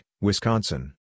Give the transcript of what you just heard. Wisconsin